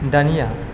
दानिया